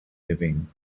living